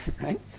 right